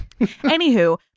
Anywho